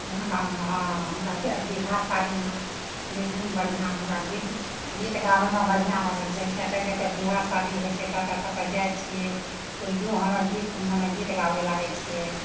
हमरा इहाँ हमराके बिआह शादीमे निर्गुण बढ़िआँ हमरा गीत गीत गाबैमे बढ़िआँ लागै छै किएक तऽ जतए बिआह शादी होइ छै ततए ततए जाइ छिए ओहिओ जो हमे गीत मने गीत गाबै लागै छिए